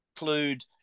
include